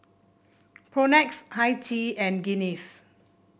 Propnex Hi Tea and Guinness